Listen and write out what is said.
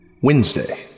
Wednesday